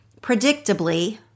predictably